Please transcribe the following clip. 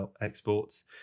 exports